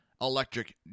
electric